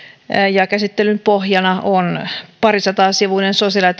ja käsittelyn pohjana on parisataasivuinen sosiaali ja